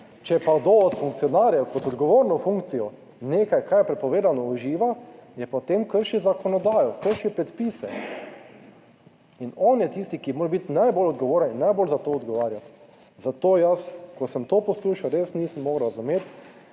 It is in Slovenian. če pa kdo od funkcionarjev kot odgovorno funkcijo, nekaj, kar je prepovedano uživa, je potem krši zakonodajo, kršil predpise. In on je tisti, ki mora biti najbolj odgovoren in najbolj za to odgovarjati, za to. Jaz, ko sem to poslušal, res nisem mogel razumeti,